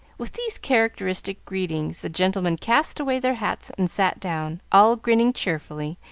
with these characteristic greetings, the gentlemen cast away their hats and sat down, all grinning cheerfully,